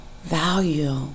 value